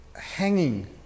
hanging